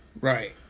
right